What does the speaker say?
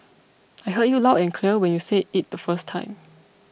I heard you loud and clear when you said it the first time